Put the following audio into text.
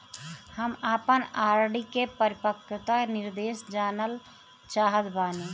हम आपन आर.डी के परिपक्वता निर्देश जानल चाहत बानी